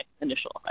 initial